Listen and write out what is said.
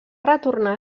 retornar